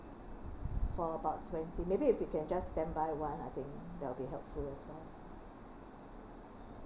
for about twenty maybe you can just stand by one I think that will be helpful as well